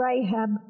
Rahab